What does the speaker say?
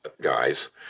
guys